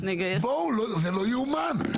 זה לא יאומן.